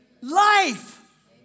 Life